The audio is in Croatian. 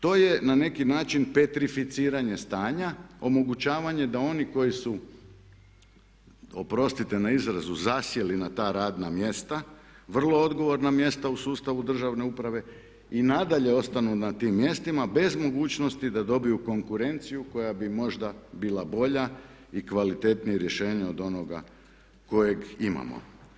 To je na neki način petrificiranje stanja, omogućavanje da oni koji su oprostite na izrazu zasjeli na ta radna mjesta, vrlo odgovorna mjesta u sustavu državne uprave i nadalje ostanu na tim mjestima bez mogućnosti da dobiju konkurenciju koja bi možda bila bolja i kvalitetnije rješenje od onoga kojeg imamo.